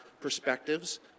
perspectives